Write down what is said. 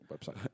website